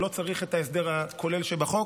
הוא לא צריך את ההסדר הכולל שבחוק,